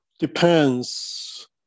Depends